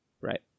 Right